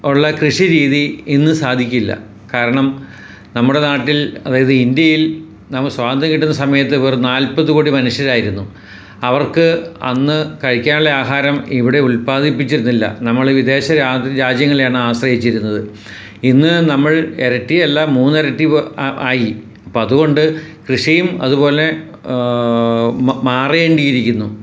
ഉള്ള കൃഷി രീതി ഇന്ന് സാധിക്കില്ല കാരണം നമ്മുടെ നാട്ടിൽ അതായത് ഇന്ത്യയിൽ നമ്മൾ സ്വാതന്ത്ര്യം കിട്ടുന്ന സമയത്ത് വെറും നാലപ്ത് കോടി മനുഷ്യരായിരുന്നു അവർക്ക് അന്ന് കയിക്കാനുള്ള ആഹാരം ഇവിടെ ഉത്പാദിപ്പിച്ചിരുന്നില്ല നമ്മൾ വിദേശ രാജ്യങ്ങളെയാണ് ആശ്രയിച്ചിരുന്നത് ഇന്ന് നമ്മൾ ഇരട്ടി അല്ല മൂന്നിരട്ടി ആയി അപ്പോൾ അതുകൊണ്ട് കൃഷിയും അതുപോലെ മാറേണ്ടിയിരിക്കുന്നു